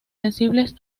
sensibles